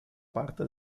parte